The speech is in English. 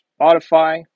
Spotify